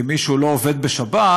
אם מישהו לא עובד בשבת,